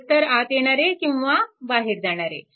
एकतर आत येणारे किंचा बाहेर जाणारे